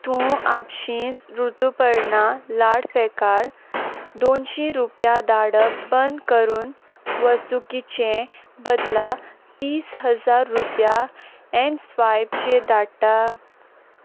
तूं आपशींच ऋतुपर्णा लाडफेकाराक दोनशीं रुपया धाडप बंद करून वस्तुकीचे बदला तीस हजार रुपया एम स्वायपचेर धाडटा